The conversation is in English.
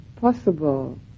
possible